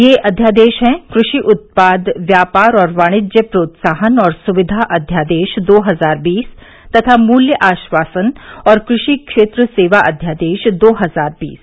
ये अध्यादेश हैं कृषि उत्पाद व्यापार और वाणिज्य प्रोत्साहन और सुविधा अध्यादेश दो हजार बीस तथा मूल्य आश्वासन और कृषि क्षेत्र सेवा अध्यादेश दो हजार बीस